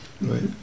right